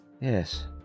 yes